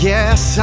Yes